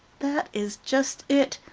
that is just it,